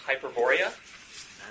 Hyperborea